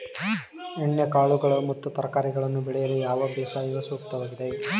ಎಣ್ಣೆಕಾಳುಗಳು ಮತ್ತು ತರಕಾರಿಗಳನ್ನು ಬೆಳೆಯಲು ಯಾವ ಬೇಸಾಯವು ಸೂಕ್ತವಾಗಿದೆ?